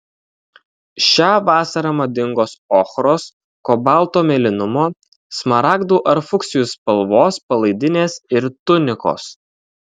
šią vasarą madingos ochros kobalto mėlynumo smaragdų ar fuksijų spalvos palaidinės ir tunikos